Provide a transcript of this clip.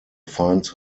find